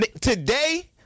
Today